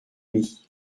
demi